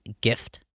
gift